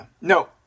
No